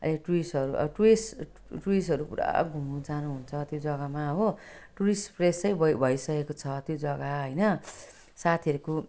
यो टुरिस्टहरू अब टुरिस्ट टुरिस्टहरू पुरा घुम्नु जानु हुन्छ त्यो जगामा हो टुरिस्ट प्लेस भई भइसकेको छ त्यो जगा होइन साथीहरूको